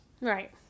Right